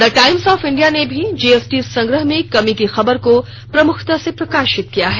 the Times of India ने भी GST संग्रह में कमी की खबर को प्रमुखता से प्रकाशित किया है